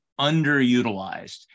underutilized